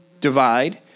divide